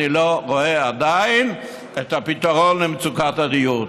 אני לא רואה עדיין את הפתרון למצוקת הדיור.